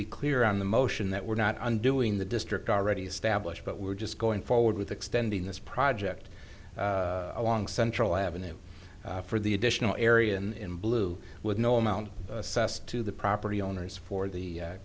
be clear on the motion that we're not undoing the district already established but we're just going forward with extending this project along central avenue for the additional area in blue with no amount to the property owners for the